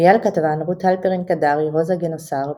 אייל כתבן, רות הלפרין-קדרי, רוזה גינוסר,